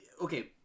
Okay